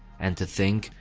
and to think.